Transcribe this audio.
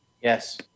Yes